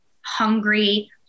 hungry